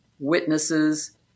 Witnesses